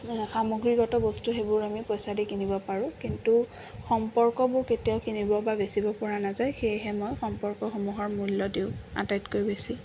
সামগ্ৰীগত বস্তু সেইবোৰ আমি পইচা দি কিনিব পাৰোঁ কিন্তু সম্পৰ্কবোৰ কেতিয়াও কিনিব বা বেচিব পৰা নাযায় সেয়েহে মই সম্পৰ্কসমূহৰ মূল্য দিওঁ আটাইতকৈ বেছি